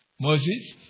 Moses